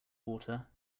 water